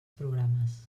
programes